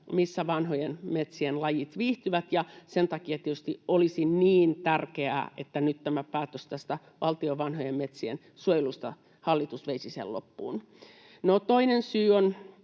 missä vanhojen metsien lajit viihtyvät. Sen takia tietysti olisi niin tärkeää, että nyt tämän päätöksen tästä valtion vanhojen metsien suojelusta hallitus veisi loppuun. No, toinen syy